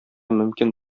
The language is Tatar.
мөмкин